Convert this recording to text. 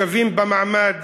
שווים במעמד,